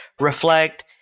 reflect